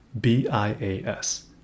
B-I-A-S